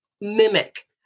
mimic